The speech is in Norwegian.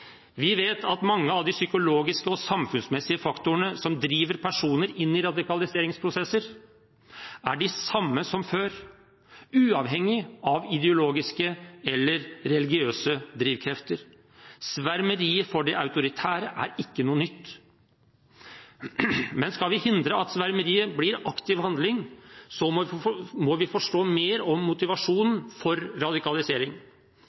Vi vet at mange av de psykologiske og samfunnsmessige faktorene som driver personer inn i radikaliseringsprosesser, er de samme som før – uavhengig av ideologiske eller religiøse drivkrefter. Svermeriet for det autoritære er ikke noe nytt. Men skal vi hindre at svermeriet blir aktiv handling, må vi forstå mer om motivasjonen for radikalisering. Vi